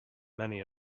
many